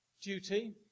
duty